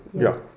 yes